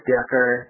Decker